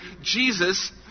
jesus